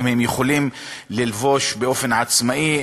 אם הם יכולים להתלבש באופן עצמאי,